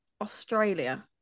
australia